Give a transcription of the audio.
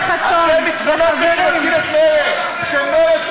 אתם התחננתם שנציל